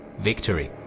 victory.